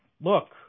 Look